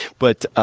but,